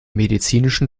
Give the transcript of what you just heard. medizinischen